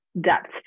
depth